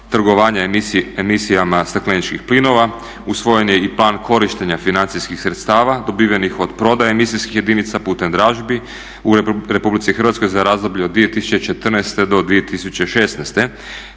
Hrvatskoj za razdoblje od 2014. do 2016.